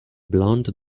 blond